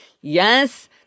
Yes